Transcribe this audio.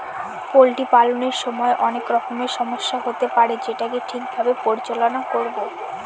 poultry পালনের সময় অনেক রকমের সমস্যা হতে পারে যেটাকে ঠিক ভাবে পরিচালনা করবো